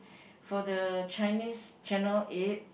for the Chinese channel eight